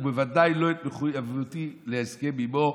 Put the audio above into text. ובוודאי לא את מחויבותי להסכם עימו.